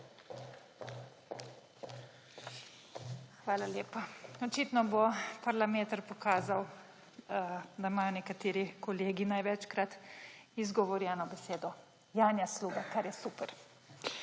Hvala lepa. Očitno bo parlameter pokazal, da imajo nekateri kolegi največkrat izgovorjeno besedo »Janja Sluga«. Kar je super.